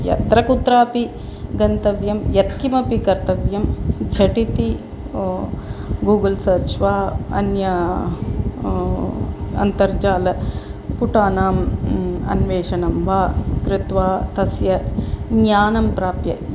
यत्र कुत्रापि गन्तव्यं यत्किमपि कर्तव्यं झटिति गूगल् सर्च् वा अन्य अन्तर्जाल पुटानाम् अन्वेषणं वा कृत्वा तस्य ज्ञानं प्राप्य